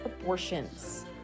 abortions